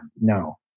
no